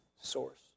source